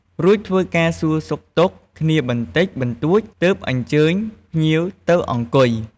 រួចធ្វើការសួរសុខទុក្ខគ្នាបន្តិចបន្តួចទើបអញ្ជើញភ្លៀវទៅអង្គុយ។